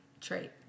trait